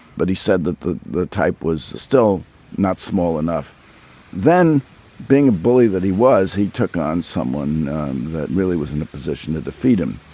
but he said that the the tape was still not small enough then being a bully that he was he took on someone that really was in a position to defeat him.